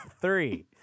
Three